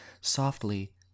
softly